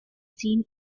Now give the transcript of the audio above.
seen